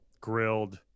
grilled